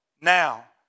now